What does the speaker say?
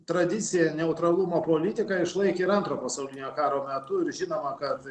tradiciją neutralumo politiką išlaikė ir antro pasaulinio karo metu ir žinoma kad